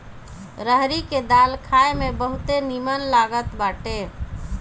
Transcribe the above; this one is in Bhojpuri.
रहरी के दाल खाए में बहुते निमन लागत बाटे